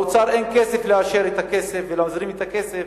לאוצר אין כסף לאשר ולהזרים את הכסף,